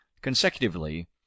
consecutively